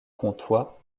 comtois